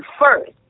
first